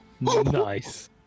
nice